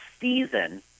season